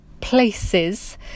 places